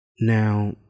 Now